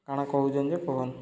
କାଣା କହୁଚନ୍ ଯେ କୁହନ୍